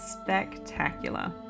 spectacular